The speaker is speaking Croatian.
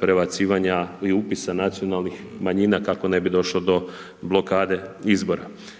prebacivanja pri upisa nacionalnih manjina, kako ne bi došlo do blokade izbora.